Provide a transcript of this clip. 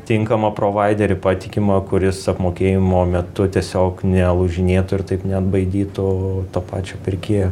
tinkamą provaiderį patikimą kuris apmokėjimo metu tiesiog nelūžinėtų ir taip neatbaidytų to pačio pirkėjo